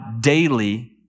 daily